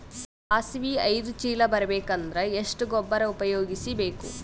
ಸಾಸಿವಿ ಐದು ಚೀಲ ಬರುಬೇಕ ಅಂದ್ರ ಎಷ್ಟ ಗೊಬ್ಬರ ಉಪಯೋಗಿಸಿ ಬೇಕು?